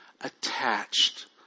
attached